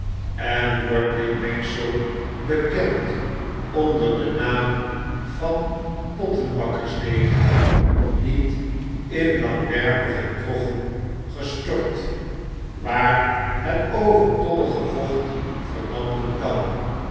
en wordt dit mengsel bekend onder den naam van pottenbakkersdeeg niet in langwerpige troggen gestort waar het overtollige vocht verdampen kan